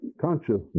consciousness